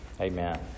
Amen